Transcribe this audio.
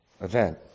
event